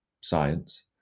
Science